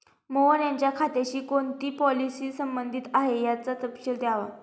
मोहन यांच्या खात्याशी कोणती पॉलिसी संबंधित आहे, याचा तपशील द्यावा